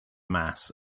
mass